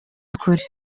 ukuri